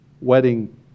wedding